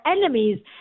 enemies